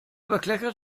bekleckert